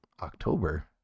october